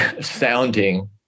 sounding